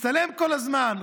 מצטלם כל הזמן.